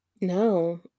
No